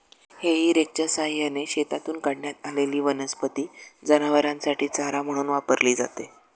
हेई रेकच्या सहाय्याने शेतातून काढण्यात आलेली वनस्पती जनावरांसाठी चारा म्हणून वापरली जाते